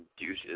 douches